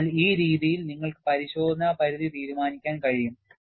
അതിനാൽ ഈ രീതിയിൽ നിങ്ങൾക്ക് പരിശോധന പരിധി തീരുമാനിക്കാൻ കഴിയും